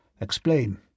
Explain